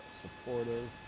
supportive